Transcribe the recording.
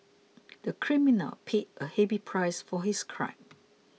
the criminal paid a heavy price for his crime